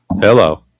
Hello